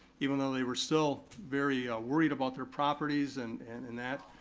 even though they were still very ah worried about their properties and and and that.